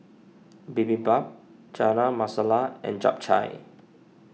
Bibimbap Chana Masala and Japchae